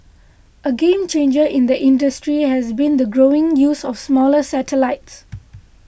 a game changer in the industry has been the growing use of smaller satellites